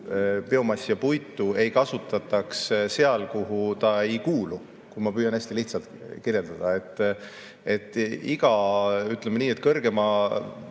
biomassi ja puitu ei kasutataks seal, kuhu ta ei kuulu. Ma püüan hästi lihtsalt kirjeldada. Et iga, ütleme nii, kõrgema